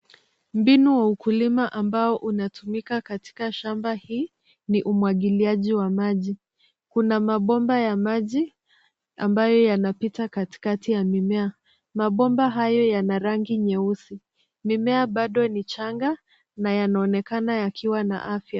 Mbinu wa ukulima ambao unatumika katika shamba hii ni umwagiliaji wa maji. Kuna mabomba ya maji ambayo yanapita katikati ya mimea. Mabomba hayo yana rangi nyeusi. Mimea bado ni changa na yanaonekana yakiwa na afya.